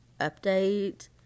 Update